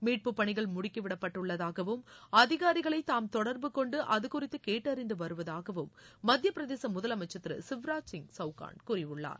மீட்பு பணிகள் முடுக்கி விடப்பட்டுறள்ளதாகவும் அதிகாரிகளை தாம் தொடர்பு கொண்டு அது குறித்து கேட்டறிந்து வருவதாகவும் மத்திய பிரதேச முதலமைச்சர் திரு சிவராஜ்சிங் சௌகான் கூறியுள்ளார்